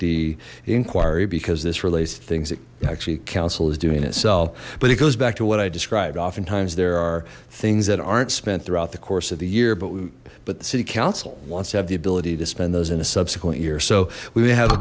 the inquiry because this relates to things that actually council is doing itself but it goes back to what i described often times there are things that aren't spent throughout the course of the year but we but the city council wants to have the ability to spend those in a subsequent year so we would have a